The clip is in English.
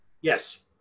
yes